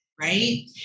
right